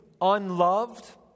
unloved